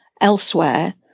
elsewhere